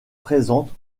présentes